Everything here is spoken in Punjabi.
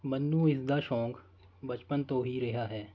ਮੈਨੂੰ ਇਸ ਦਾ ਸ਼ੌਕ ਬਚਪਨ ਤੋਂ ਹੀ ਰਿਹਾ ਹੈ